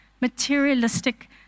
materialistic